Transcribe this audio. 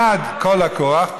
מייד כל הכוח.